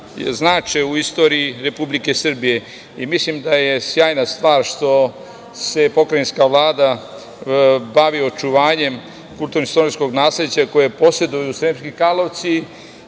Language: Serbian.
znače u istoriji Republike Srbije. Mislim da je sjajna stvar što se pokrajinska Vlada bavi očuvanjem kulturno-istorijskog nasleđa koje poseduju Sremski Karlovci